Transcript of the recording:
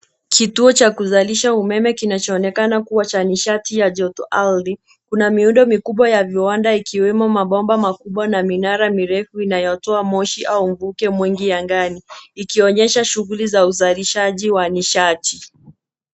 Kituo cha kuzalisha umeme kinachoonekana kuwa cha nishati ya joto ardhi. Kuna miundo mikubwa ya viwanda ikiwemo mabomba makubwa na minara mirefu inayotoa moshi au mvuke mwingi angani, ikionyesha shughuli za uzalishaji wa nishati.